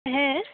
ᱦᱮᱸ